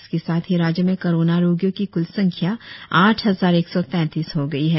इसके साथ ही राज्य में कोरोना रोगियों की क्ल संख्या आठ हजार एक सौ तैतीस हो गई है